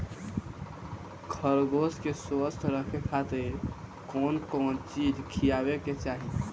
खरगोश के स्वस्थ रखे खातिर कउन कउन चिज खिआवे के चाही?